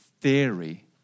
theory